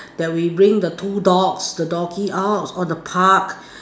that we bring the two dogs the doggies out on a park